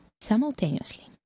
Simultaneously